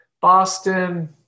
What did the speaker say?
Boston